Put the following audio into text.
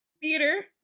Theater